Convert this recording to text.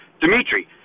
Dimitri